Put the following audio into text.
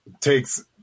takes